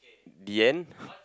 the end